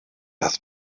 das